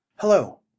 Hello